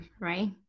right